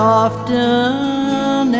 often